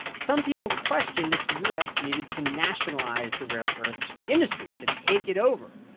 some people questioned if the u s. needed to nationalize the rare earths industry, to take it over.